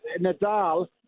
Nadal